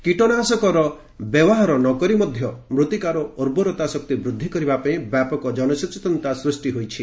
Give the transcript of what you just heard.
କୀଟନାଶକର ବ୍ୟବହାର ବିନା ମୃତ୍ତିକାର ଉର୍ବରତା ବୃଦ୍ଧି କରିବା ପାଇଁ ବ୍ୟାପକ ଜନସଚେତନତା ସୃଷ୍ଟି ହୋଇଛି